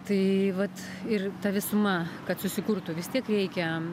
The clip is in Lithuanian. tai vat ir ta visuma kad susikurtų vis tiek reikia